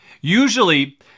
usually